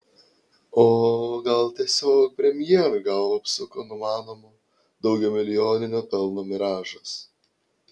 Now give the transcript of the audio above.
o gal tiesiog premjerui galvą apsuko numanomo daugiamilijoninio pelno miražas